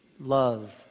love